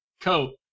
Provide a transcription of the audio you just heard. Coat